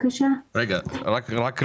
רגע, רק להבין.